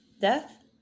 death